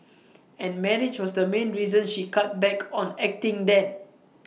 and marriage was the main reason she cut back on acting then